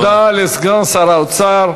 תודה לסגן שר האוצר.